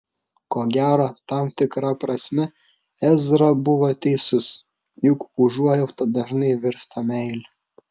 ko gero tam tikra prasme ezra buvo teisus juk užuojauta dažnai virsta meile